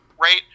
right